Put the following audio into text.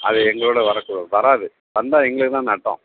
அது எங்களோட வரதுக்கூ வராது வந்தால் எங்களுக்கு தான் நட்டம்